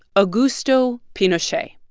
augusto pinochet.